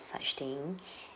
such thing